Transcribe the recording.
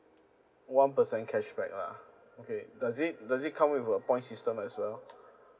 one percent cashback lah okay does it does it come with a point system as well